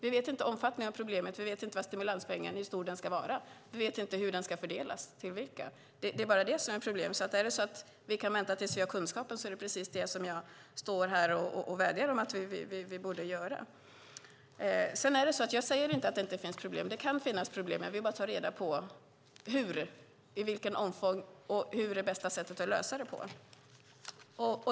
Vi vet inte omfattningen av problemet. Vi vet inte hur stor stimulanspengen ska vara. Vi vet inte hur den ska fördelas, till vilka. Det är bara det som är problemet. Är det så att vi kan vänta tills vi har kunskapen? Det är precis det som jag står här och vädjar om att vi ska göra. Jag säger inte att det inte finns problem. Det kan finnas problem. Jag vill bara ta reda på vilket omfång det är. Och hur är bästa sättet att lösa det?